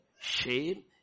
shame